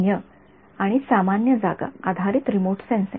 सैन्य आणि सामान्य जागा आधारित रिमोट सेन्सिंग